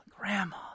Grandma